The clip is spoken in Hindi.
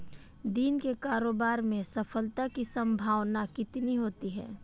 दिन के कारोबार में सफलता की संभावना कितनी होती है?